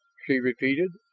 she repeated,